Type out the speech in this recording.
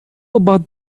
about